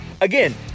Again